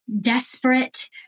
desperate